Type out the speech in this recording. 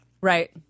right